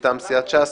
מטעם סיעת ש"ס.